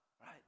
right